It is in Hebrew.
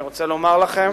אני רוצה לומר לכם